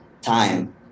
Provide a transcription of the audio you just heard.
time